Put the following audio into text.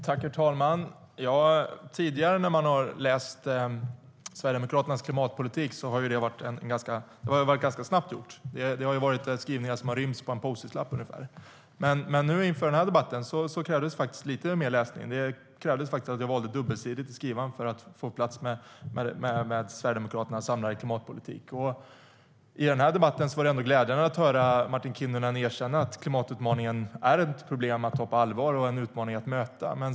Herr talman! Tidigare när man har läst Sverigedemokraternas klimatpolitik har det varit ganska snabbt gjort. Det har varit skrivningar som har rymts på en post-it-lapp ungefär. Men inför den här debatten krävdes det faktiskt lite mer läsning. Det krävdes faktiskt att jag valde dubbelsidig utskrift för att få plats med Sverigedemokraternas samlade klimatpolitik. I den här debatten var det ändå glädjande att höra Martin Kinnunen erkänna att klimatutmaningen är ett problem att ta på allvar och en utmaning att möta.